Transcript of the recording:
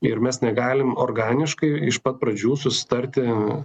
ir mes negalim organiškai iš pat pradžių susitarti